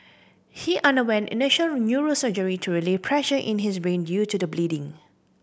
he underwent initial neurosurgery to relieve pressure in his brain due to the bleeding